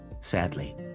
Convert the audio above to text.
sadly